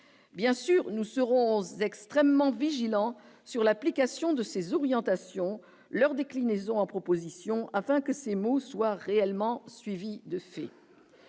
bien sûr, nous serons extrêmement vigilants sur l'application de ces orientations leur déclinaison en propositions afin que ces mots soient réellement suivis de faits,